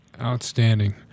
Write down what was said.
Outstanding